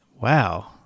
Wow